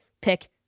pick